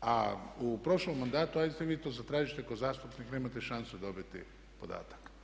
a u prošlom mandatu aj to vi zatražite kao zastupnik, nemate šansu dobiti podatak.